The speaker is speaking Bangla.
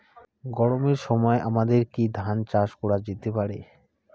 গরমের সময় আমাদের কি ধান চাষ করা যেতে পারি?